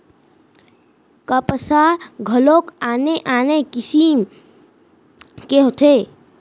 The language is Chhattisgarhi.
कपसा घलोक आने आने किसिम के होथे